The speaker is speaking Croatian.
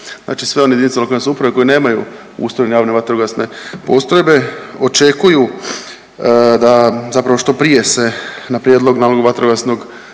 Znači sve one jedinice lokalne samouprave koje nemaju ustrojene javne vatrogasne postrojbe očekuju da zapravo što prije se na prijedlog novog vatrogasnog